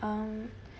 um